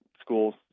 schools